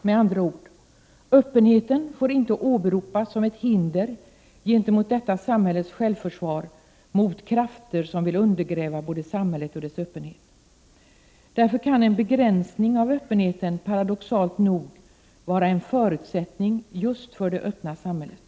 Med andra ord: öppenheten får inte åberopas som ett hinder gentemot detta samhälles självförsvar mot krafter som vill undergräva både samhället och dess öppenhet. Därför kan en begränsning av öppenheten paradoxalt nog vara en förutsättning just för det öppna samhället.